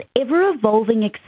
ever-evolving